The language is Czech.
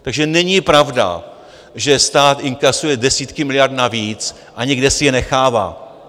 Takže není pravda, že stát inkasuje desítky miliard navíc a někde si je nechává.